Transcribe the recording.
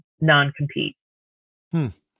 non-compete